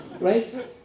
right